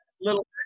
little